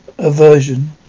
aversion